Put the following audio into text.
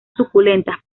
suculentas